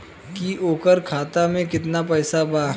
की ओकरा खाता मे कितना पैसा बा?